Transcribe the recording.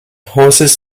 horses